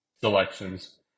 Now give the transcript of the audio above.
selections